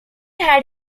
had